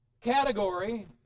category